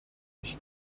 ich